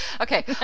Okay